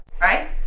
right